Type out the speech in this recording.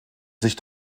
sich